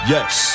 Yes